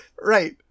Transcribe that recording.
Right